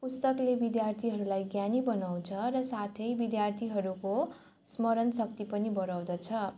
पुस्तकले विद्यार्थीहरूलाई ज्ञानी बनाउँछ र साथै विद्यार्थीहरूको स्मरण शक्ति पनि बढाउँदछ